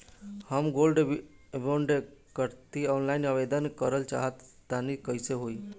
हम gold bond करंति offline आवेदन करल चाह तनि कइसे होई?